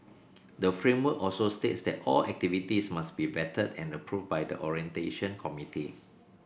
the framework also states that all activities must be vetted and approved by the orientation committee